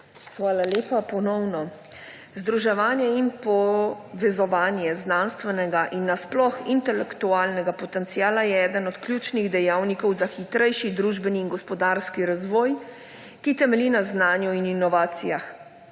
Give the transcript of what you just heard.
Hvala lepa. Združevanje in povezovanje znanstvenega in sploh intelektualnega potenciala je eden od ključnih dejavnikov za hitrejši družbeni in gospodarski razvoj, ki temelji na znanju in inovacijah.